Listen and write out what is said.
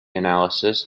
analysis